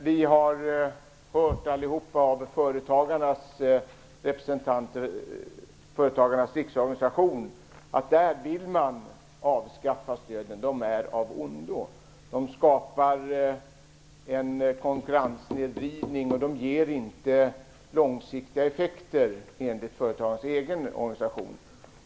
Vi har hört alla att företagarnas riksorganisation vill avskaffa stöden, de är av ondo. De skapar en konkurrenssnedvridning. De ger inte långsiktiga effekter enligt företagarnas egen organisation.